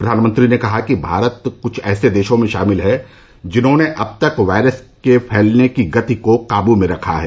प्रधानमंत्री ने कहा कि भारत कुछ ऐसे देशों में शामिल है जिन्होंने अब तक वायरस के फैलने की गति को काबू में रखा है